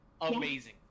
Amazing